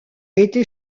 été